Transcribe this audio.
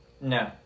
no